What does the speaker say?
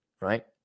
right